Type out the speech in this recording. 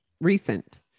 Recent